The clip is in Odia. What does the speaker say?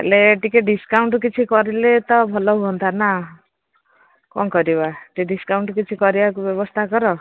ହେଲେ ଟିକେ ଡିସକାଉଣ୍ଟ କିଛି କରିଲେ ତ ଭଲ ହୁଅନ୍ତା ନା କ'ଣ କରିବା ଟିକେ ଡିସକାଉଣ୍ଟ କିଛି କରିବାକୁ ବ୍ୟବସ୍ଥା କର